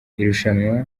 irushanwa